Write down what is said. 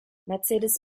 mercedes